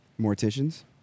morticians